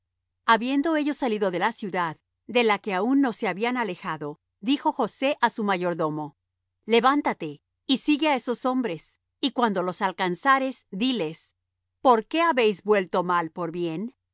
habiendo ellos salido de la ciudad de la que aun no se habían alejado dijo josé á su mayordomo levántate y sigue á esos hombres y cuando los alcanzares diles por qué habéis vuelto mal por bien